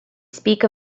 speak